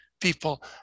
People